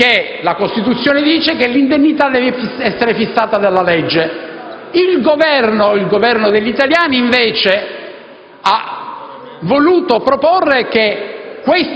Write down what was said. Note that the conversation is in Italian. la Costituzione prevede che l'indennità deve essere fissata dalla legge. Il Governo degli italiani invece ha voluto proporre che